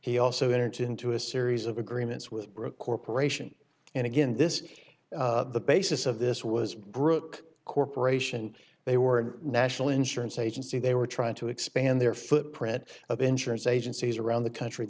he also entered into a series of agreements with brooke corporation and again this is the basis of this was brooke corporation they were national insurance agency they were trying to expand their footprint of insurance agencies around the country